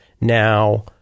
now